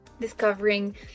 discovering